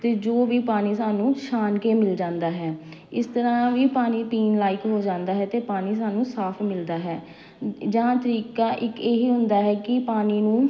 ਅਤੇ ਜੋ ਵੀ ਪਾਣੀ ਸਾਨੂੰ ਛਾਣ ਕੇ ਮਿਲ ਜਾਂਦਾ ਹੈ ਇਸ ਤਰ੍ਹਾਂ ਵੀ ਪਾਣੀ ਪੀਣ ਲਾਇਕ ਹੋ ਜਾਂਦਾ ਹੈ ਅਤੇ ਪਾਣੀ ਸਾਨੂੰ ਸਾਫ਼ ਮਿਲਦਾ ਹੈ ਜਾਂ ਤਰੀਕਾ ਇੱਕ ਇਹੀ ਹੁੰਦਾ ਹੈ ਕੀ ਪਾਣੀ ਨੂੰ